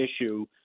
issue